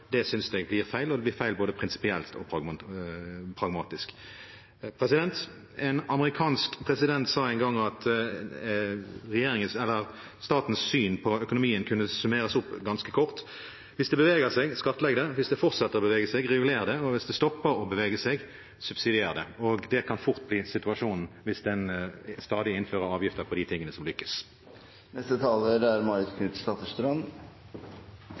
dag, synes jeg blir feil, både prinsipielt og pragmatisk. En amerikansk president sa en gang at statens syn på økonomien kunne summeres opp ganske kort: Hvis det beveger seg, skattlegg det. Hvis det fortsetter å bevege seg, reguler det. Og hvis det stopper å bevege seg, subsidier det. Det kan fort bli situasjonen hvis en stadig innfører avgifter på de tingene som lykkes. Det er